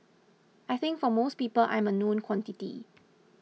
I think for most people I'm a known quantity